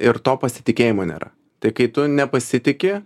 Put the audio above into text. ir to pasitikėjimo nėra tai kai tu nepasitiki